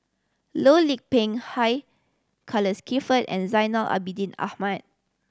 Loh Lik Peng Hugh Charles Clifford and Zainal Abidin Ahmad